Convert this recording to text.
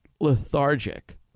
lethargic